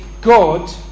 God